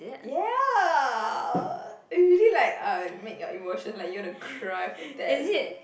ya it really like uh make your emotion like you want to cry for them